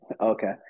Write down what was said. Okay